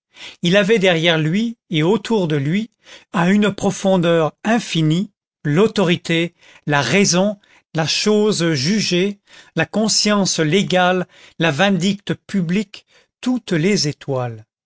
il avait derrière lui et autour de lui à une profondeur infinie l'autorité la raison la chose jugée la conscience légale la vindicte publique toutes les étoiles